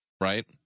Right